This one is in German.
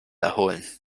erholen